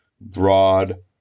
broad